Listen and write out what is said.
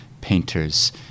painters